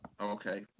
Okay